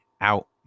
out